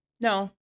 no